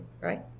right